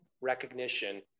recognition